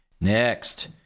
Next